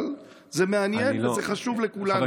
אבל זה מעניין וזה חשוב לכולנו.